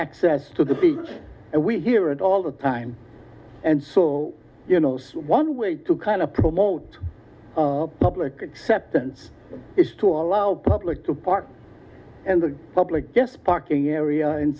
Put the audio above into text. access to the beach and we hear it all the time and so you know one way to kind of promote public acceptance is to allow public to park and the public just parking area